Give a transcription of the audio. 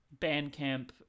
Bandcamp